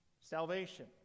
Salvation